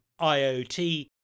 IoT